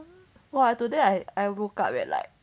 !wah! I today I I woke up at like